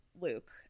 Luke